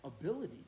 ability